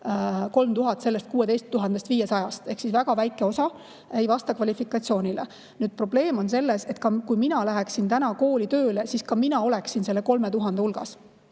3000 neist 16 500-st ehk väga väike osa ei vasta kvalifikatsioonile. Probleem on selles, et kui mina läheksin täna kooli tööle, siis ka mina oleksin selle 3000 hulgas.